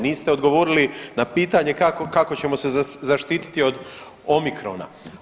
Niste odgovorili na pitanje kako ćemo se zaštititi od omicrona.